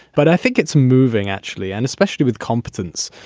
but i think it's moving actually and especially with competence.